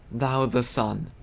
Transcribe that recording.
thou the sun!